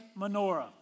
menorah